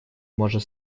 может